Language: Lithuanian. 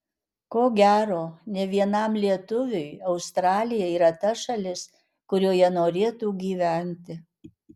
ko gero ne vienam lietuviui australija yra ta šalis kurioje norėtų gyventi